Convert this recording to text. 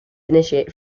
initiate